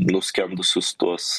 nuskendusius tuos